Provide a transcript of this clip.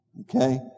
Okay